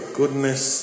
goodness